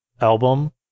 album